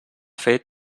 fet